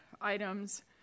items